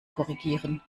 korrigieren